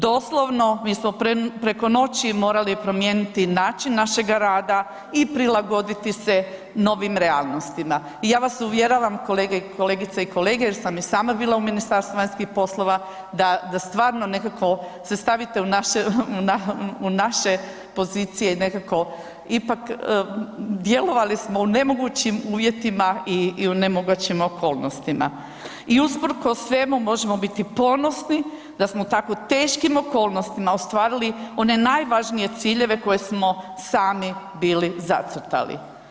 Doslovno mi smo preko noći morali promijeniti način našega rada i prilagoditi se novim realnostima i ja vas uvjeravam kolegice i kolege jer sam i sama bila u Ministarstvu vanjskih poslova da stvarno nekako se stavite u naše pozicije, nekako ipak smo djelovali u nemogućim uvjetima i u nemogućim okolnostima i usprkos svemu možemo biti ponosni da smo u tako teškim okolnostima ostvarili one najvažnije ciljeve koje smo sami bili zacrtali.